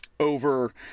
over